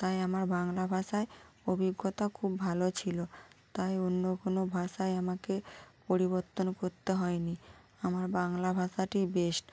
তাই আমার বাংলা ভাষায় অভিজ্ঞতা খুব ভালো ছিল তাই অন্য কোনো ভাষায় আমাকে পরিবত্তন করতে হয় নি আমার বাংলা ভাষাটি বেস্ট